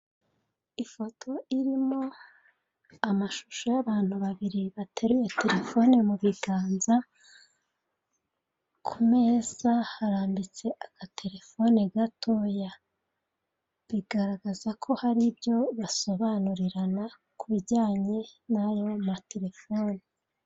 Ifoto irimo amashusho y'abantu babiri bateruye telefone mu biganza, ku meza harambitse agatelefone gatoya. Bigaragaza ko hari ibyo basobanurirana ku bujyanye n'ayo matelefone.